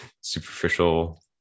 superficial